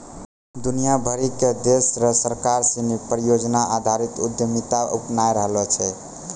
दुनिया भरी के देश र सरकार सिनी परियोजना आधारित उद्यमिता अपनाय रहलो छै